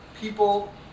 people